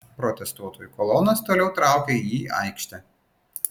protestuotojų kolonos toliau traukia į aikštę